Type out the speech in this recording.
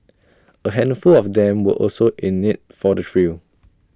A handful of them were also in IT for the thrill